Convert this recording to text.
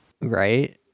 right